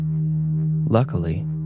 Luckily